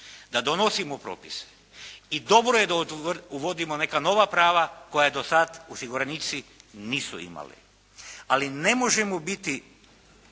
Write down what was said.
da donosimo propise i dobro je da uvodimo neka nova prava koja do sada osiguranici nisu imali, ali ne možemo biti